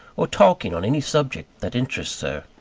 or talking on any subject that interests her.